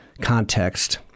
context